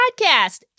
Podcast